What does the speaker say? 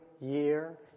year